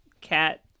Cat